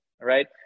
right